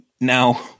Now